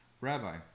Rabbi